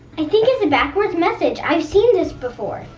i think it's a backwards message, i've seen this before.